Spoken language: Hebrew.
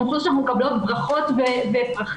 אתן חושבות שאנחנו מקבלות ברכות ופרחים?